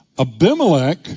Abimelech